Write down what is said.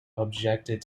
objected